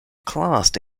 classed